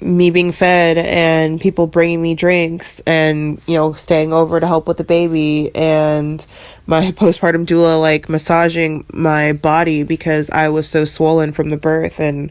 me being fed and people bringing me drinks and, you know, staying over to help with the baby and my postpartum doula, like, massaging my body because i was so swollen from the birth. and